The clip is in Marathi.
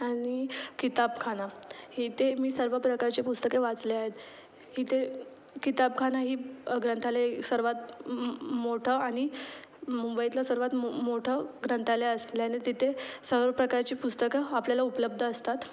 आणि किताबखाना इथे मी सर्व प्रकारची पुस्तके वाचले आहेत इथे किताबखाना ही ग्रंथालय सर्वात मो मोठं आणि मुंबईतलं सर्वात मो मोठं ग्रंथालय असल्याने तिथे सर्व प्रकारची पुस्तकं आपल्याला उपलब्ध असतात